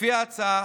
לפי ההצעה,